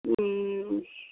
हुँ